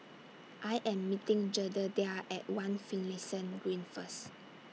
I Am meeting Jedediah At one Finlayson Green First